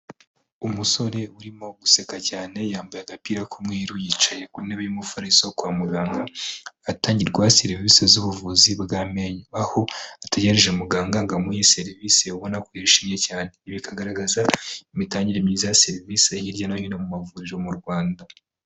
Umusore urimo guseka cyane yambaye agapira k'umweru yicaye ku ntebe y'umufariso kwa muganga ahatangirwa serivisi z'ubuvuzi bw'amenyo aho ategereje muganga ngo amuheiyi serivisi ubona ko yishimye cyane bikagaragaza imitangire myiza ya serivisi hirya no hino mu mavuriro mu Rwanda.